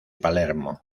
palermo